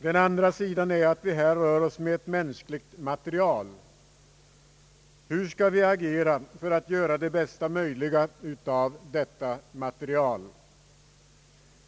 Den andra sidan är att vi här rör oss med ett mänskligt material. Hur skall vi agera för att göra det bästa möjliga av detta material?